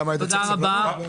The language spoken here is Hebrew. תודה רבה.